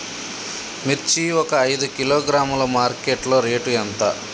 మిర్చి ఒక ఐదు కిలోగ్రాముల మార్కెట్ లో రేటు ఎంత?